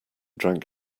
drank